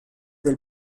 del